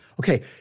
Okay